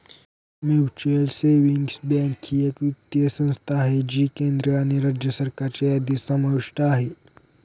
mutual savings bank ही एक वित्तीय संस्था आहे जी केंद्र आणि राज्य सरकारच्या यादीत समाविष्ट आहे